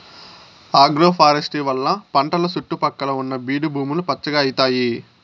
agroforestry వల్ల పంటల సుట్టు పక్కల ఉన్న బీడు భూములు పచ్చగా అయితాయి